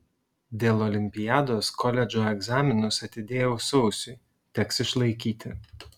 dėl olimpiados koledžo egzaminus atidėjau sausiui teks išlaikyti